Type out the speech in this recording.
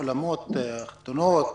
אולמות חתונה,